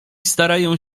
starają